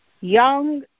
young